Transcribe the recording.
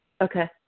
Okay